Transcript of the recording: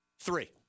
Three